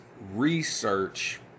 research